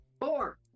Four